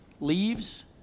leaves